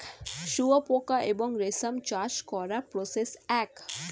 শুয়োপোকা এবং রেশম চাষ করার প্রসেস এক